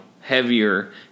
heavier